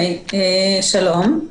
שלום.